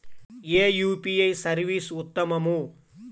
ఏ UPI service ఉత్తమము?